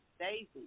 Daisy